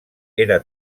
era